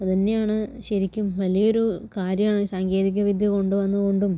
അതുതന്നെയാണ് ശരിക്കും വലിയൊരു കാര്യമാണ് സാങ്കേതികവിദ്യ കൊണ്ടുവന്നത് കൊണ്ടും